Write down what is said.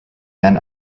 men